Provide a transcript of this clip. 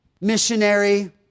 missionary